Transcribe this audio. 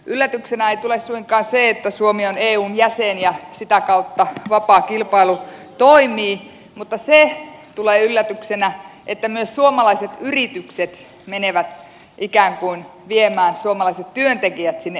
yllätyksenä ei tule suinkaan se että suomi on eun jäsen ja sitä kautta vapaa kilpailu toimii mutta se tulee yllätyksenä että myös suomalaiset yritykset menevät ikään kuin viemään suomalaiset työntekijät sinne espanjaan